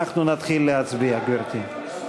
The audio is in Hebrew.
אנחנו נתחיל להצביע, גברתי.